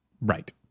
Right